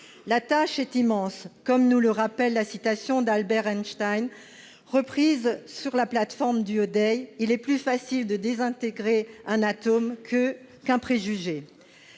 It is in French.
La tâche est immense, comme nous le rappelle la citation d'Albert Einstein reprise sur la plateforme DuoDay :« Il est plus facile de désintégrer un atome qu'un préjugé